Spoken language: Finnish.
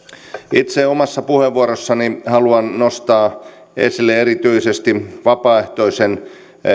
itse omassa puheenvuorossani haluan nostaa esille erityisesti vapaaehtoisen